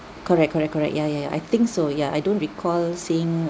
correct correct correct ya ya ya I think so yeah I don't recall seeing